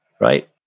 right